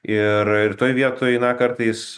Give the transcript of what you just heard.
ir ir toj vietoj na kartais